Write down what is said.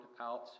out